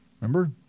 Remember